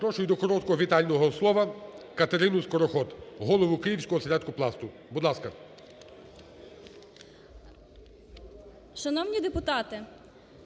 Запрошую до короткого вітального слова Катерину Скороход, голову київського осередку "Пласту". Будь ласка.